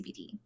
CBD